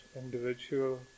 individual